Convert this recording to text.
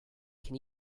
can